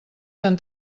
tan